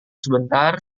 sebentar